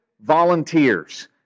volunteers